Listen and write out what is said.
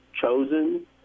chosen